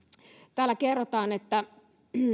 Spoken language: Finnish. täällä kerrotaan että